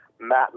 Matt